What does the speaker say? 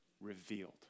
revealed